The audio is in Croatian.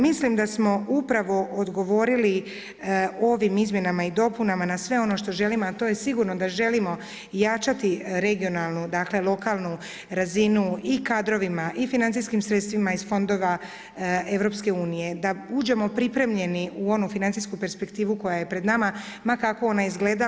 Mislim da smo upravo odgovorili ovim izmjenama i dopunama na sve ono što želimo, a to je sigurno da želimo jačati regionalnu dakle lokalnu razinu i kadrovima, i financijskim sredstvima iz fondova Europske unije da uđemo pripremljeni u onu financijsku perspektivu koja je pred nama ma kako ona izgledala.